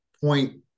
point